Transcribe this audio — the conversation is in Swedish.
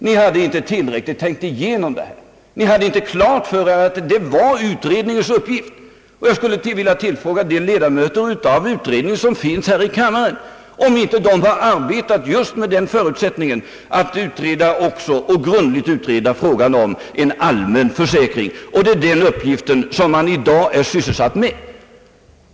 Ni hade inte tillräckligt tänkt igenom detta. Ni hade inte klart för er att det var den pågående utredningens uppgift att undersöka den saken. Jag skulle vilja fråga de ledamöter av utredningen som finns här i kammaren om de inte har arbetat just med den förutsättningen att också grundligt utreda frågan om en allmän försäkring. Det är den uppgiften som utredningen för närvarande är sysselsatt med.